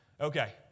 Okay